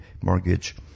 mortgage